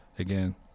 Again